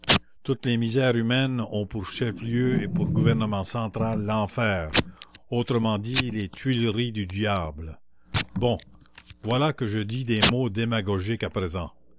toutes les misères humaines ont pour chef-lieu et pour gouvernement central l'enfer autrement dit les tuileries du diable bon voilà que je dis des mots démagogiques à présent